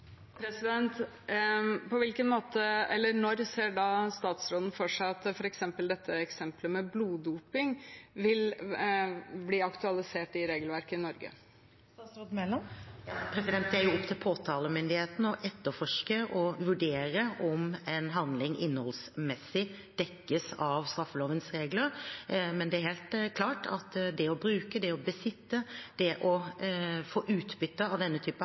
På hvilken måte eller når ser da statsråden for seg at f.eks. dette eksemplet med bloddoping vil bli aktualisert i regelverket i Norge? Det er jo opp til påtalemyndighetene å etterforske og vurdere om en handling innholdsmessig dekkes av straffelovens regler. Men det er helt klart at det å bruke, besitte og få utbytte av denne type